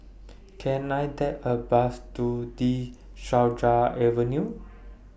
Can I Take A Bus to De Souza Avenue